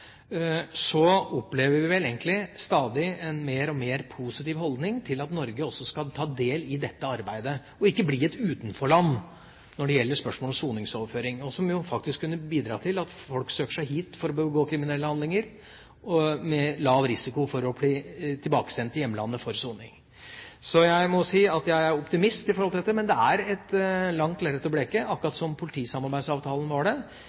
opplever jeg vel egentlig stadig en mer og mer positiv holdning til at Norge også skal ta del i dette arbeidet og ikke bli et utenforland når det gjelder spørsmål om soningsoverføring, som jo faktisk vil kunne bidra til at folk søker seg hit for å begå kriminelle handlinger, med lav risiko for å kunne bli tilbakesendt til hjemlandet for soning. Så jeg må si at jeg er optimist i forhold til dette, men det er et langt lerret å bleke, akkurat som politisamarbeidsavtalen var det.